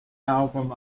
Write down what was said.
album